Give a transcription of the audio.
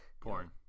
porn